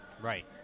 right